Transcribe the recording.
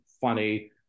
funny